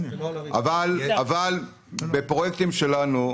אבל בפרויקטים שלנו,